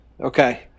Okay